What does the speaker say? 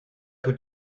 tout